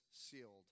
sealed